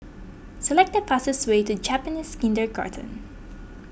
select the fastest way to Japanese Kindergarten